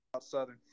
Southern